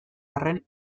arren